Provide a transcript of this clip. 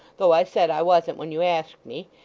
though i said i wasn't when you asked me.